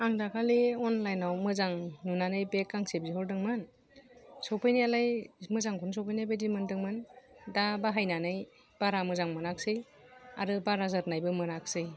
आं दाखालि अनलाइनाव मोजां नुनानै बेग गांसे बिहरदोंमोन सफैनायालाय मोजांखौनो सफैनाय बायदि मोनदोंमोन दा बाहायनानै बारा मोजां मोनासै आरो बारा जोरनायबो मोनासै